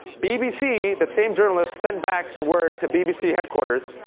bbc that same journalist sent back word to bbc headquarters.